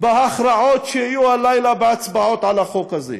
בהכרעות שיהיו הלילה בהצבעות על החוק הזה.